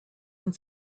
and